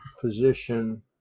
position